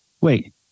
Wait